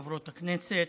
וחברות הכנסת,